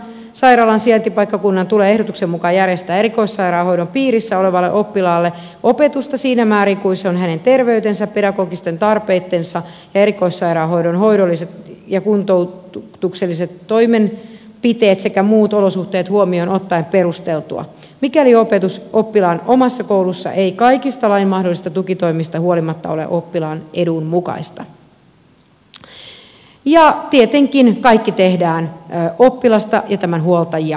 sairaalan sijaintipaikkakunnan tulee ehdotuksen mukaan järjestää erikoissairaanhoidon piirissä olevalle oppilaalle opetusta siinä määrin kuin se on hänen terveytensä pedagogiset tarpeensa ja erikoissairaanhoidon hoidolliset ja kuntoutukselliset toimenpiteet sekä muut olosuhteet huomioon ottaen perusteltua mikäli opetus oppilaan omassa koulussa ei kaikista lain mahdollisista tukitoimista huolimatta ole oppilaan edun mukaista ja tietenkin kaikki tehdään oppilasta ja tämän huoltajia kuullen